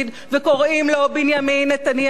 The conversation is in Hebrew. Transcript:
וקוראים לו בנימין נתניהו.